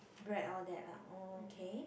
bread all that ah oh okay